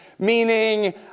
Meaning